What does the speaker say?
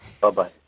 Bye-bye